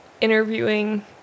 interviewing